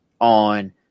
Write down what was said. on